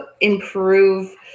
improve